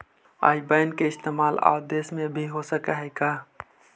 आई बैन के इस्तेमाल आउ देश में भी हो सकऽ हई का?